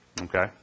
Okay